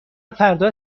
فردا